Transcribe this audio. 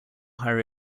higher